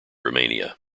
romania